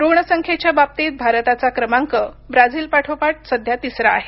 रुग्ण संख्येच्या बाबतीत भारताचा क्रमांक ब्राझिलपाठोपाठ सध्या तिसरा आहे